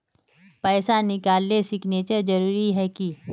पैसा निकालने सिग्नेचर जरुरी है की?